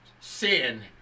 sin